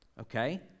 Okay